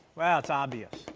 well, it's obvious.